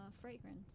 fragrance